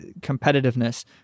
competitiveness